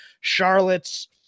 Charlotte's